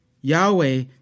Yahweh